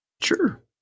Sure